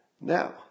now